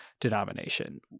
denomination